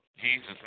Jesus